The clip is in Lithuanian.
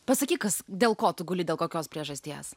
pasakyk kas dėl ko tu guli dėl kokios priežasties